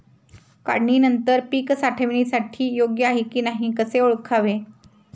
काढणी नंतर पीक साठवणीसाठी योग्य आहे की नाही कसे ओळखावे?